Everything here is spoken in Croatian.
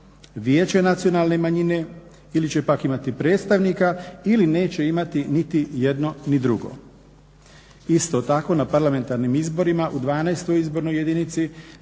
Vijeće nacionalne manjine ili će pak imati predstavnika ili neće imati nijedno ni drugo. Isto tako na parlamentarnim izborima u 12. izbornoj jedinici